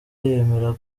yemera